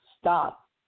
stop